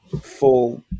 full